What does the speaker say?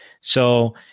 So-